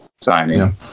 signing